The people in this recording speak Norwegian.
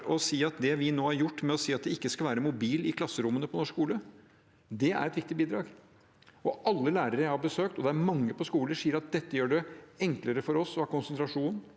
det vi nå har gjort ved å si at det ikke skal være mobil i klasserommene på norsk skole, er et viktig bidrag. Alle lærere jeg har besøkt, og det er mange på ulike skoler, sier at dette gjør det enklere for dem å få til konsentrasjon